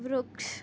વૃક્ષ